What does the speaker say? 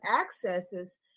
accesses